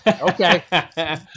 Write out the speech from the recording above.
Okay